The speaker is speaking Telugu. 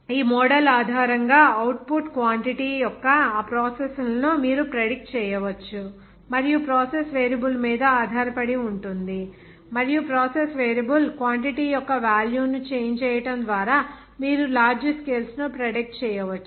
ఈ మోడల్ ఆధారంగా అవుట్పుట్ క్వాంటిటీ యొక్క ఆ ప్రాసెస్ లను మీరు ప్రెడిక్ట్ చేయవచ్చు మరియు ప్రాసెస్ వేరియబుల్ మీద ఆధారపడి ఉంటుంది మరియు ప్రాసెస్ వేరియబుల్ క్వాంటిటీ యొక్క వేల్యూ ను చేంజ్ చేయడం ద్వారా మీరు లార్జీ స్కేల్స్ ను ప్రెడిక్ట్ చేయవచ్చు